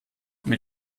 mit